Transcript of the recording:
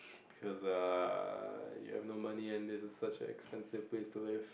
cause err you have no money and this is such an expensive place to live